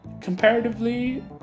comparatively